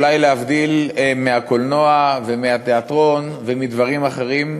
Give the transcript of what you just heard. אולי להבדיל מהתיאטרון ומהקולנוע ומדברים אחרים,